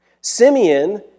Simeon